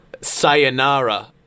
sayonara